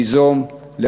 ליזום,